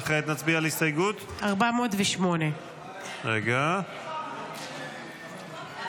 וכעת נצביע על הסתייגות 408. הצבעה כעת.